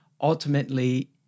ultimately